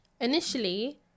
Initially